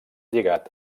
lligat